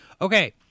Okay